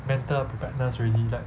better preparedness already like